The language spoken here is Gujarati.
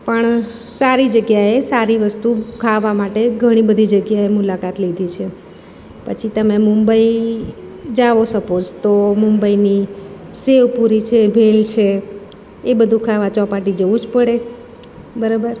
પણ સારી જગ્યાએ સારી વસ્તુ ખાવા માટે ઘણી બધી જગ્યાએ મુલાકાત લીધી છે પછી તમે મુંબઈ જાઓ સપોઝ તો મુંબઈની સેવ પૂરી છે ભેલ છે એ બધું ખાવા ચોપાટી જવું જ પડે બરોબર